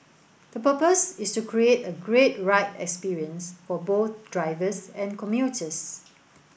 the purpose is to create a great ride experience for both drivers and commuters